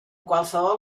qualsevol